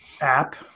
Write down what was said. app